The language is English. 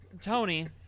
Tony